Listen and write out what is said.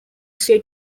say